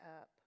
up